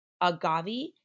agave